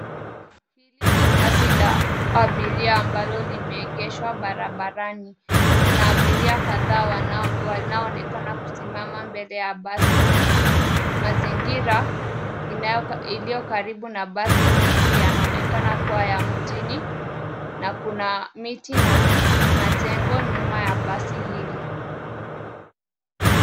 Hili ni basi la abiria ambalo limeegeshwa barabarani. Kuna abiria kadhaa wanaoonekana kusimama mbele ya basi hili. Mazingira ilio karibu na basi hili inaonekana kua ya mjini, na kuna miti na majengo nyuma ya basi hili.